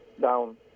down